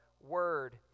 Word